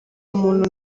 muntu